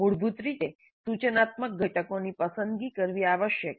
મૂળભૂત રીતે સૂચનાત્મક ઘટકોની પસંદગી કરવી આવશ્યક છે